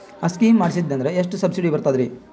ಆ ಸ್ಕೀಮ ಮಾಡ್ಸೀದ್ನಂದರ ಎಷ್ಟ ಸಬ್ಸಿಡಿ ಬರ್ತಾದ್ರೀ?